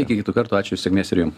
iki kitų kartų ačiū ir sėkmės ir jum